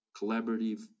collaborative